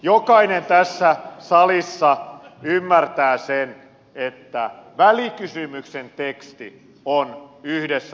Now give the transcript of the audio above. jokainen tässä salissa ymmärtää sen että välikysymyksen teksti on yhdessä kirjoitettu